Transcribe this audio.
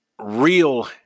real